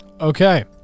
Okay